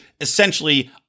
essentially